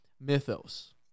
mythos